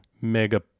Mega